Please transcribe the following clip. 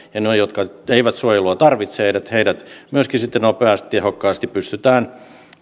heidät jotka eivät suojelua tarvitse myöskin nopeasti ja tehokkaasti pystytään